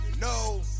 No